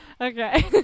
Okay